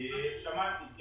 שמעתי.